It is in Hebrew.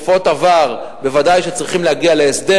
מתקופות עבר ובוודאי שצריך להגיע להסדר.